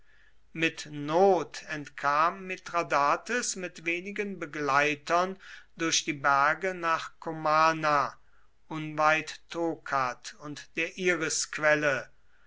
mit not entkam mithradates mit wenigen begleitern durch die berge nach komana unweit tokat und der